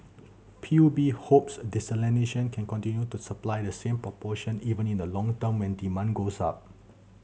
P U B hopes desalination can continue to supply the same proportion even in the long term when demand goes up